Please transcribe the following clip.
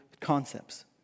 concepts